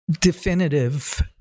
definitive